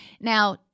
Now